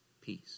peace